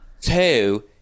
Two